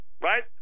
right